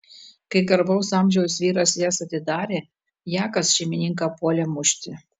kai garbaus amžiaus vyras jas atidarė jakas šeimininką puolė mušti